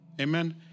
Amen